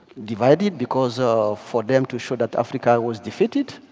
divided because ah for them to show that africa was defeated,